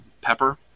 pepper